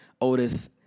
Otis